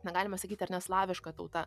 na galima sakyti ar ne slaviška tauta